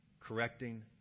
correcting